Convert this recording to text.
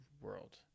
world